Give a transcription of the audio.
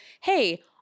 Hey